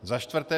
Za čtvrté.